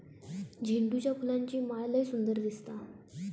झेंडूच्या फुलांची माळ लय सुंदर दिसता